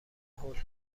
هول